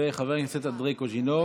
חבר הכנסת אנדרי קוז'ינוב